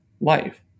life